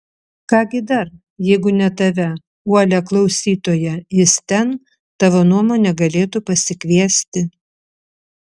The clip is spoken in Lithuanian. ką gi dar jeigu ne tave uolią klausytoją jis ten tavo nuomone galėtų pasikviesti